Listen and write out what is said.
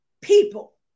people